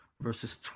verses